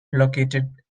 relocated